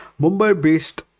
Mumbai-based